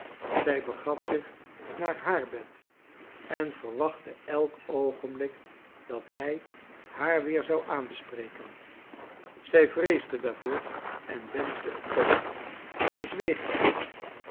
zij begaf zich naar haar bed en verwachtte elk oogenblik dat hij haar weer zou aanspreken zij vreesde daarvoor en wenschte het toch hij zweeg echter